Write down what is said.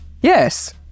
yes